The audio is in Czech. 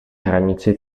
hranici